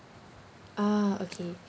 ah okay